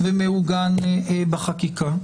ומעוגן בחקיקה?